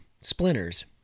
Splinters